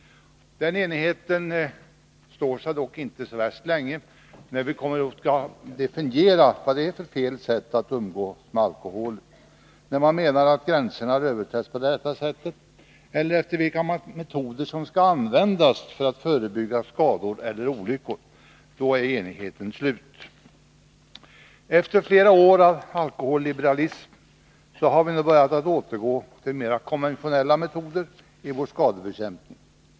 Den enigheten står sig dock inte så värst länge. När vi skall definiera vad som är fel sätt att umgås med alkohol, när man menar att gränserna har överträtts eller vilka metoder som skall användas för att förebygga skador eller olyckor, då är enigheten slut. Efter flera år av alkoholliberalism har vi nu börjat att återgå till mera konventionella metoder i vår skadebekämpning.